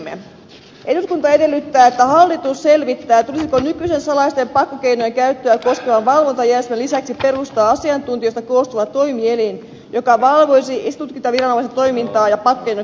eduskunta edellyttää että hallitus selvittää tulisiko nykyisen salaisten pakkokeinojen käyttöä koskevan valvontajärjestelmän lisäksi perustaa asiantuntijoista koostuva toimielin joka valvoisi esitutkintaviranomaisten toimintaa ja pakkokeinojen käyttöä